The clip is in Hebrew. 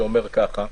שאומר ככה: